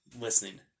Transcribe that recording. listening